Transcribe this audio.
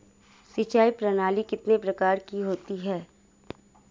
सिंचाई प्रणाली कितने प्रकार की होती है?